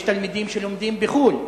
יש תלמידים שלומדים בחו"ל,